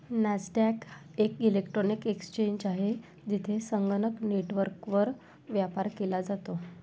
Nasdaq एक electronic exchange आहे, जेथे संगणक नेटवर्कवर व्यापार केला जातो